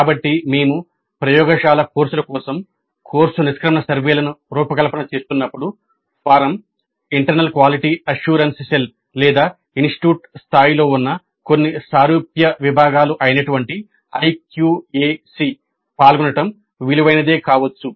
కాబట్టి మేము ప్రయోగశాల కోర్సుల కోసం కోర్సు నిష్క్రమణ సర్వేలను రూపకల్పన చేస్తున్నప్పుడు from internal quality assurance cell లేదా ఇన్స్టిట్యూట్ స్థాయిలో ఉన్న కొన్ని సారూప్య విభాగాలు అయినటువంటి IQAC పాల్గొనడం విలువైనదే కావచ్చు